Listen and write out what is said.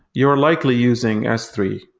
you are likely using s three.